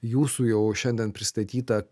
jūsų jau šiandien pristatyta